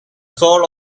soul